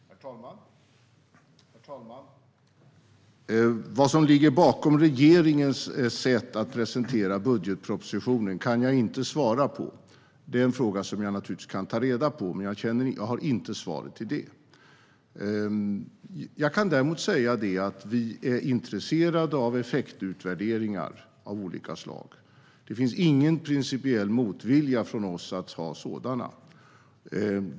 Herr talman! Vad som ligger bakom regeringens sätt att presentera budgetpropositionen kan jag inte svara på. Jag kan naturligtvis ta reda på svaret på den frågan, men jag har det inte nu. Jag kan däremot säga att vi är intresserade av effektutvärderingar av olika slag. Det finns ingen principiell motvilja hos oss mot att ha sådana.